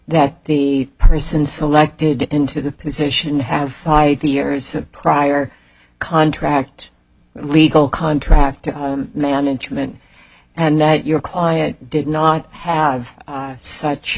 that the person selected into the position have the years prior contract legal contract management and that your client did not have such